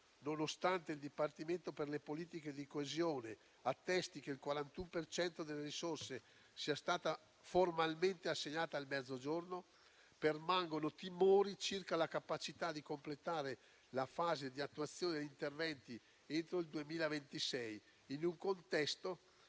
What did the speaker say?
nonostante il Dipartimento per le politiche di coesione attesti che il 41 per cento delle risorse sia stato formalmente assegnato al Mezzogiorno, permangono timori circa la capacità di completare la fase di attuazione degli interventi entro il 2026, in un contesto